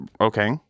Okay